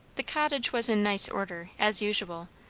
the cottage was in nice order, as usual,